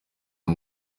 iyi